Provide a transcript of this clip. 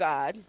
God